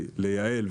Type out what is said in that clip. כדי לייעל,